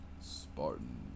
Spartan